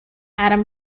atom